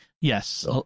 Yes